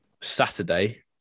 saturday